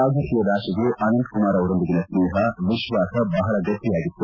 ರಾಜಕೀಯದಾಚಿಗೂ ಅನಂತಕುಮಾರ್ ಅವರೊಂದಿಗಿನ ಸ್ನೇಹ ವಿಶ್ವಾಸ ಬಹಳ ಗಟ್ಟಿಯಾಗಿತ್ತು